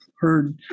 heard